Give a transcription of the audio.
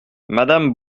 madame